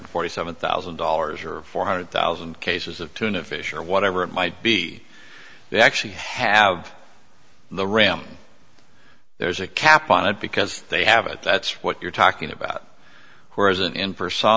forty seven thousand dollars or four hundred thousand cases of tuna fish or whatever it might be they actually have the ram there's a cap on it because they have it that's what you're talking about whereas in